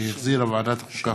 שהחזירה ועדת החוקה,